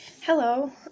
Hello